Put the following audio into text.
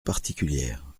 particulière